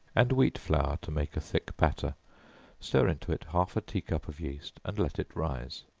and wheat flour to make a thick batter stir into it half a tea cup of yeast, and let it rise,